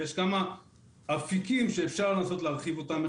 ויש כמה אפיקים שאפשר לנסות להרחיב אותם.